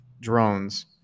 drones